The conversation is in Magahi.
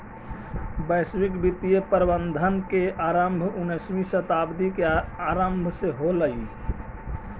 वैश्विक वित्तीय प्रबंधन के आरंभ उन्नीसवीं शताब्दी के आरंभ से होलइ